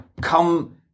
Come